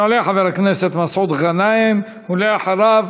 יעלה חבר הכנסת מסעוד גנאים, ואחריו,